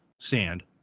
sand